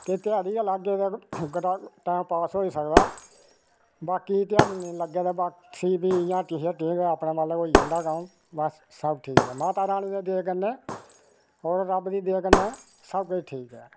के ध्याड़ी गै लाह्गे ते कुत़ी टाइम पास होई सकदा ऐ वाकी ध्याडी नेई लग्गे ते इयां हट्टी शट्टी उपर गै अपना होई जंदा ऐ टेम बस सब ठीक ऐ माता रानी दी दया कन्नै और रब्ब दी दया कन्नै सब किश ठीक ऐ